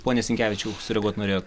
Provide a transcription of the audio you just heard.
pone sinkevičiau sureaguot norėjot